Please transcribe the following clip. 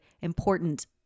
important